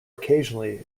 occasionally